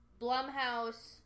Blumhouse